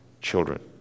children